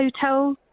hotel